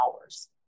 hours